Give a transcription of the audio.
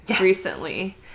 recently